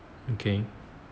okay